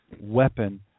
weapon